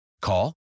Call